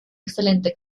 excelente